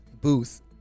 Booth